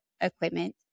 equipment